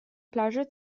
plaży